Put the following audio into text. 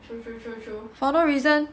for no reason